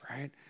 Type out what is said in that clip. right